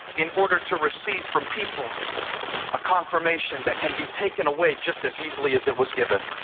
in order to receive from people a confirmation that can be taken away just as easily as it was given.